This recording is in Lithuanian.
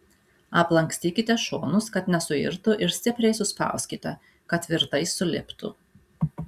aplankstykite šonus kad nesuirtų ir stipriai suspauskite kad tvirtai suliptų